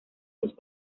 los